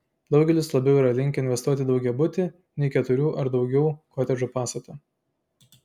daugelis labiau yra linkę investuoti į daugiabutį nei keturių ar daugiau kotedžų pastatą